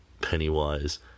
pennywise